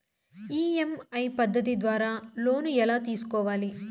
EMI పద్ధతి ద్వారా loan ఎలా తీసుకోవాలి